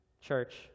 church